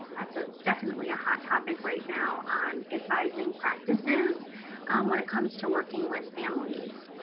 that's ah definitely a hot topic right now on advising practices when it comes to working with families.